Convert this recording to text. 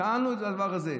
שאלנו את הדבר הזה.